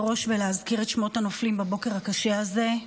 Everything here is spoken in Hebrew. שמות הנופלים בבוקר הקשה הזה,